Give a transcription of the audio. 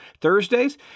Thursdays